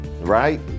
right